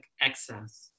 excess